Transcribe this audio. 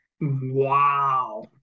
Wow